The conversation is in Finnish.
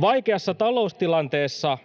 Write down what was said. Vaikeassa taloustilanteessa